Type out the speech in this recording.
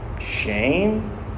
Shame